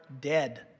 dead